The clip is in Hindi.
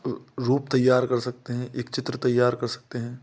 रूप तैयार कर सकते हैं एक चित्र तैयार कर सकते हैं